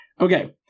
Okay